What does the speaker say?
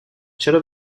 چرا